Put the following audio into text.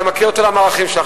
אני גם מכיר את כל המהלכים שלך,